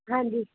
ਹਾਂਜੀ